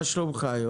מה שלומך?